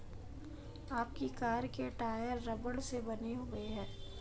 आपकी कार के टायर रबड़ से बने हुए हैं